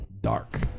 Dark